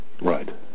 Right